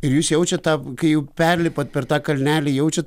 ir jūs jaučiat tą kai jau perlipat per tą kalnelį jaučiat